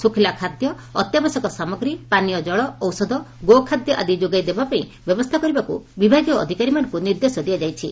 ଶୁଖ୍ଲା ଖାଦ୍ୟ ଅତ୍ୟାବଶ୍ୟକ ସାମଗ୍ରୀ ପାନୀୟ ଜଳ ଆଦି ଯୋଗାଇ ଦେବା ପାଇଁ ବ୍ୟବସ୍ଥା କରିବାକୁ ବିଭାଗୀୟ ଅଧିକାରୀମାନଙ୍ଙୁ ନିର୍ଦ୍ଦେଶ ଦିଆଯାଇଛି